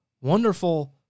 wonderful